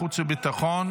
ועדת הכנסת נתקבלה.